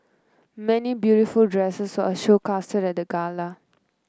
many beautiful dresses are showcased at the gala